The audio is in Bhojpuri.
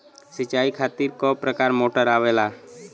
सिचाई खातीर क प्रकार मोटर आवेला?